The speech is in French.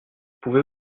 pouvez